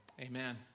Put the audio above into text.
Amen